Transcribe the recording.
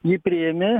jį priėmė